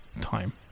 time